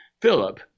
Philip